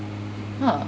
!huh!